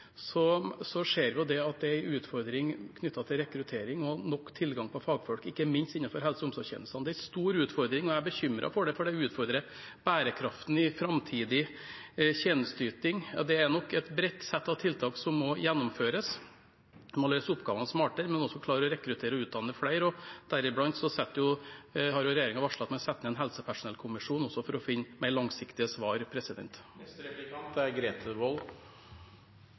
at det var en utfordring med rekruttering og tilgang på nok fagfolk, ikke minst innenfor helse- og omsorgstjenestene. Det er en stor utfordring, og jeg er bekymret for det, for det utfordrer bærekraften i framtidig tjenesteyting. Ja, det er nok et bredt sett av tiltak som må gjennomføres. En må løse oppgavene smartere, men også klare å rekruttere og utdanne flere. Blant tiltakene er også at regjeringen har varslet at man setter ned en helsepersonellkommisjon, også for å finne mer langsiktige svar.